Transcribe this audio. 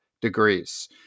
degrees